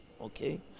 okay